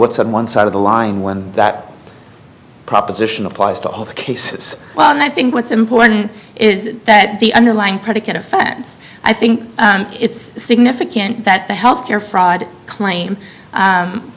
what's on one side of the line when that proposition applies to all cases well and i think what's important is that the underlying predicate offense i think it's significant that the health care fraud claim